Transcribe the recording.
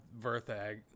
Verthag